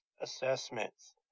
assessments